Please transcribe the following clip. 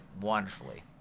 Wonderfully